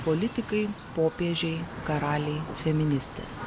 politikai popiežiai karaliai feministės